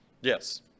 Yes